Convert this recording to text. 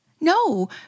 No